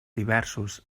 diversos